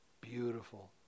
beautiful